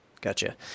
gotcha